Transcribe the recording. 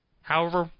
however,